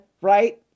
right